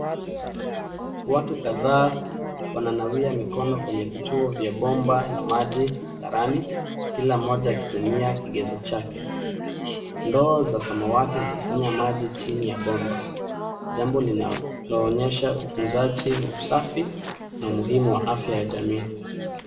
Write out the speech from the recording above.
WAtu kadhaa wananawia mikono kwenye vituo vya bomba la maji hadharani, kila mmoja akitumia kigezo chake. Ndoo za samawati hukusanya maji chini ya bomba, jambo linaloonyesha utunzaji wa usafi na umuhimu wa afya ya jamii.